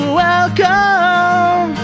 welcome